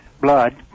blood